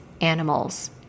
animals